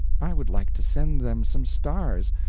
i would like to send them some stars,